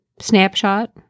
Snapshot